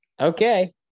okay